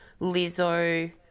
Lizzo